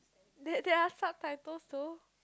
there there are subtitle so